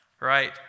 right